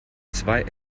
zwei